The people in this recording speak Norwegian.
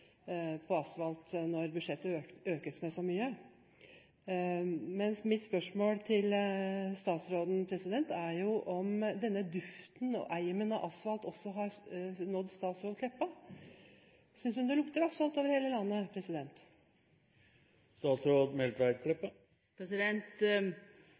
på asfalt, når budsjettet økes med så mye. Men mitt spørsmål til statsråden er om denne duften og eimen av asfalt også har nådd statsråd Meltveit Kleppa. Synes hun det lukter asfalt over hele landet?